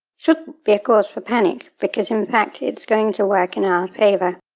shouldn't be a cause for panic, because in fact it's going to work in our favor.